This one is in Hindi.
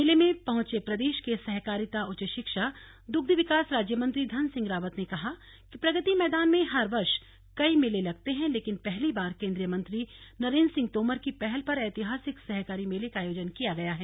मेले में पहुंचे प्रदेश के सहकारिता उच्च शिक्षा दुग्ध विकास राज्यमंत्री धन सिंह रावत ने कहा कि प्रगति मैदान में हर वर्ष कई मेले लगते हैं लेकिन पहली बार केन्द्रीय मंत्री नरेन्द्र सिंह तोमर की पहल पर ऐतिहासिक सहकारी मेले का आयोजन किया गया है